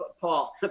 Paul